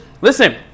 listen